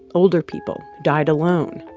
older people, died alone.